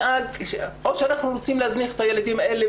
או שאנחנו רוצים להזניח את הילדים האלה